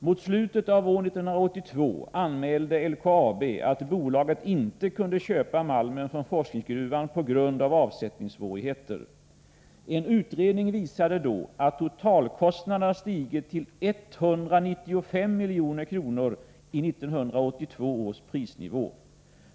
Mot slutet av 1982 anmälde LKAB att bolaget inte kunde köpa malmen från forskningsgruvan på grund av avsättningssvårigheter. En utredning visade då att totalkostnaderna stigit till 195 milj.kr. i 1982 års prisnivå.